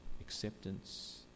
acceptance